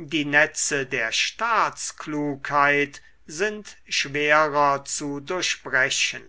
die netze der staatsklugheit sind schwerer zu durchbrechen